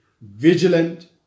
vigilant